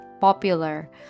popular